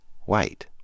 white